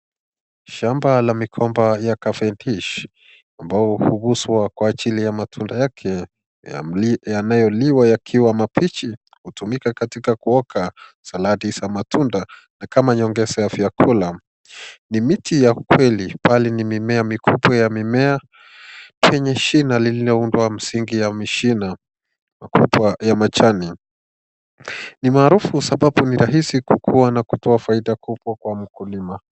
Shamba la mikomba ya Cavendish ambalo huhuswa kwa ajili ya matunda yake yanayoliwa yakiwa mabichi, hutumika katika kuoka saladi za matunda na kama nyongeza ya vyakula. Ni miti ya ukweli pale ni mimea mikubwa ya mimea penye shina lililoundwa msingi ya mishina makubwa ya majani. Ni maarufu sababu ni rahisi kukua na kutoa faida kubwa kwa mkulima.